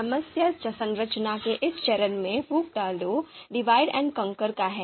समस्या संरचना के इस चरण में मुख्य विचार 'divide and conquer'का है